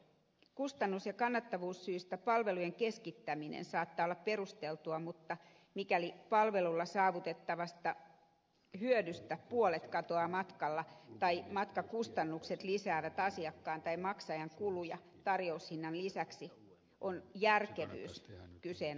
kustannus ja kannattavuussyistä palvelujen keskittäminen saattaa olla perusteltua mutta mikäli palvelulla saavutettavasta hyödystä puolet katoaa matkalla tai matkakustannukset lisäävät asiakkaan tai maksajan kuluja tarjoushinnan lisäksi on järkevyys kyseenalaista